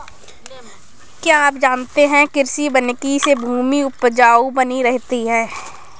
क्या आप जानते है कृषि वानिकी से भूमि उपजाऊ बनी रहती है?